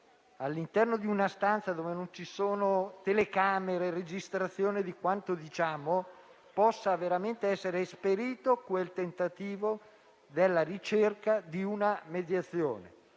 all'interno di una stanza dove non ci sono telecamere e non si registra quanto diciamo, può veramente essere esperito il tentativo della ricerca di una mediazione.